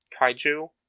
kaiju